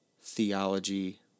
theology